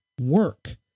work